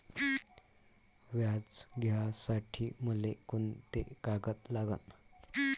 व्याज घ्यासाठी मले कोंते कागद लागन?